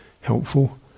helpful